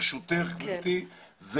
ברשותך גברתי,